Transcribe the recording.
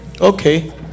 Okay